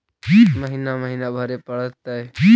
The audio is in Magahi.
महिना महिना भरे परतैय?